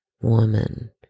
woman